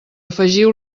afegiu